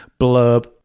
blurb